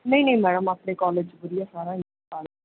ਨਹੀਂ ਨਹੀਂ ਮੈਡਮ ਆਪਣੇ ਕੋਲਜ ਵਧੀਆ ਸਾਰਾ